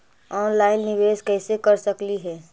Online निबेस कैसे कर सकली हे?